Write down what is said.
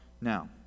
now